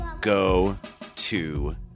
go-to